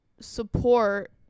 support